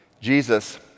Jesus